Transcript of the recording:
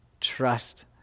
trust